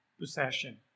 possession